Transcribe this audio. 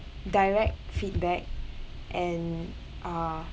direct feedback and uh